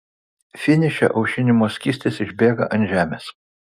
finiše aušinimo skystis išbėga ant žemės